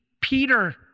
Peter